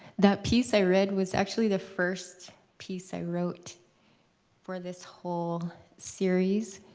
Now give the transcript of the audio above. that piece i read was actually the first piece i wrote for this whole series.